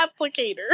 applicator